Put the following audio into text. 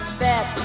bet